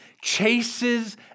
chases